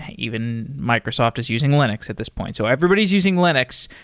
even microsoft is using linux at this point. so everybody's using linux.